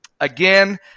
Again